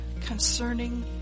concerning